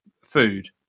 food